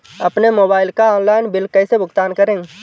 अपने मोबाइल का online bill कैसे भुगतान करूं?